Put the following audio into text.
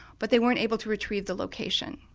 but they weren't able to retrieve the location.